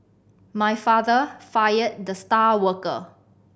my father fired the star worker